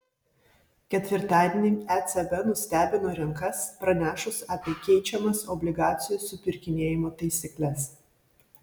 ketvirtadienį ecb nustebino rinkas pranešus apie keičiamas obligacijų supirkinėjimo taisykles